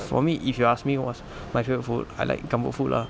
for me if you ask me what's my favourite food I like comfort food lah